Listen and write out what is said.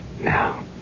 Now